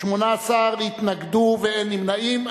18 התנגדו, ואין נמנעים.